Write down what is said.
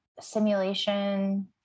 simulation